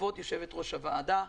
כבוד יושבת-ראש הוועדה,